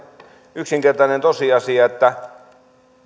yksinkertainen tosiasia että